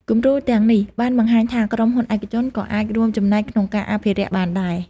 គំរូទាំងនេះបានបង្ហាញថាក្រុមហ៊ុនឯកជនក៏អាចរួមចំណែកក្នុងការអភិរក្សបានដែរ។